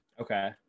Okay